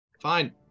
Fine